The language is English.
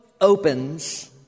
opens